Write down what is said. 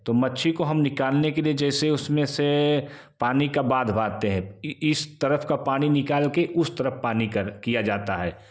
तो मच्छी को हम निकालने के लिए जैसे उस में से पानी का बाद बहाते हैं कि इस तरफ़ का पानी निकाल के उस तरफ़ पानी कर किया जाता है